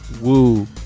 woo